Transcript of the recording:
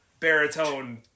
baritone